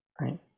right